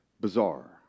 bizarre